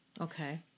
Okay